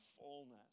fullness